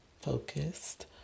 focused